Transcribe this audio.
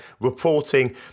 reporting